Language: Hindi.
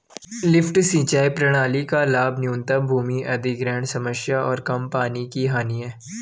लिफ्ट सिंचाई प्रणाली का लाभ न्यूनतम भूमि अधिग्रहण समस्या और कम पानी की हानि है